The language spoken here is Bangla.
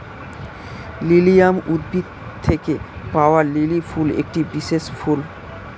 লিলিয়াম উদ্ভিদ থেকে পাওয়া লিলি ফুল একটি বিশেষ ফুল